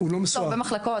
לא מסואב.